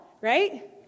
right